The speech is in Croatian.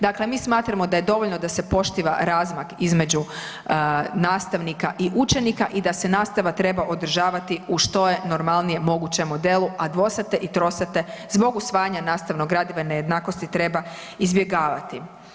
Dakle, mi smatramo da je dovoljno da se poštiva razmak između nastavnika i učenika i da se nastava treba održavati u što je normalnijem mogućem modelu, a dvosate i trosate zbog usvajanja nastavnog gradiva i nejednakosti treba izbjegavati.